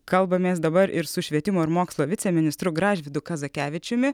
kalbamės dabar ir su švietimo ir mokslo viceministru gražvydu kazakevičiumi